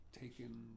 taken